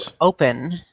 open